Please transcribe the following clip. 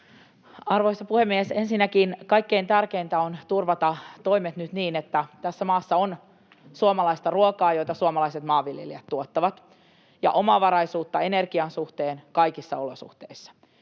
Arvoisa puhemies! Ensinnäkin kaikkein tärkeintä on turvata toimet nyt niin, että tässä maassa on suomalaista ruokaa, jota suomalaiset maanviljelijät tuottavat, ja omavaraisuutta energian suhteen kaikissa olosuhteissa.